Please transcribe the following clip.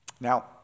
Now